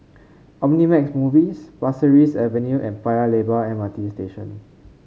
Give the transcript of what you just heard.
Omnimax Movies Pasir Ris Avenue and Paya Lebar M R T Station